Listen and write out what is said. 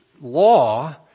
law